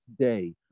today